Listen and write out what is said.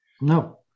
No